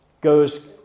goes